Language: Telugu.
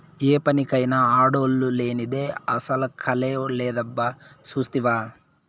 ఏ పనికైనా ఆడోల్లు లేనిదే అసల కళే లేదబ్బా సూస్తివా